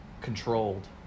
controlled